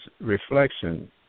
reflection